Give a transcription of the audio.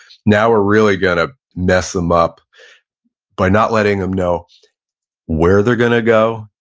now, we're really gonna mess them up by not letting them know where they're gonna go,